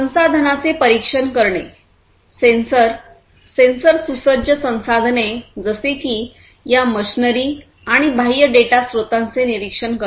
संसाधनांचे परीक्षण करणे सेन्सर सेन्सर सुसज्ज संसाधने जसे की या मशीनरी आणि बाह्य डेटा स्रोतांचे निरीक्षण करणे